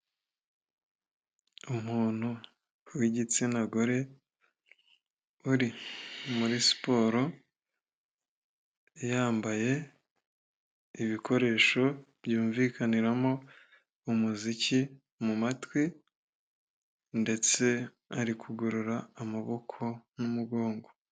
Umuntu w'igitsina gore uri muri siporo, yambaye ibikoresho byumvikaniramo umuziki mu matwi ndetse ari kugorora amaboko n'umugongo.